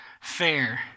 fair